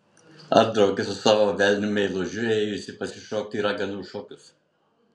ar drauge su savo velniu meilužiu ėjusi pasišokti į raganų šokius